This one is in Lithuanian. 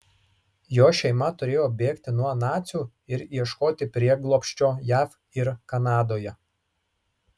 jo šeima turėjo bėgti nuo nacių ir ieškoti prieglobsčio jav ir kanadoje